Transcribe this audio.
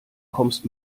kommst